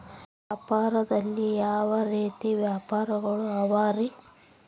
ವ್ಯಾಪಾರದಲ್ಲಿ ಯಾವ ರೇತಿ ವ್ಯಾಪಾರಗಳು ಅವರಿ?